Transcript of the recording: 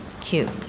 Cute